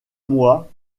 moi